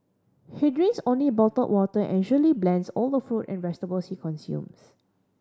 he drinks only bottled water and usually blends all the fruit and vegetables he consumes